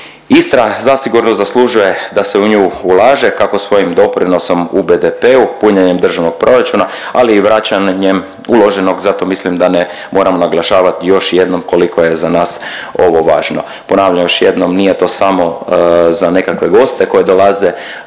Istra zasigurno zaslužuje da se u nju ulaže kako svojim doprinosom u BDP-u, punjenjem državnog proračuna, ali i vraćanjem uloženog zato mislim da ne moram naglašavat još jednom koliko je za nas ovo važno. Ponavljam još jednom nije to samo za nekakve goste koje dolaze